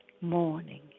morning